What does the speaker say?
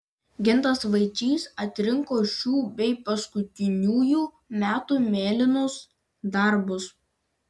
gintas vaičys atrinko šių bei paskutiniųjų metų mėlynus darbus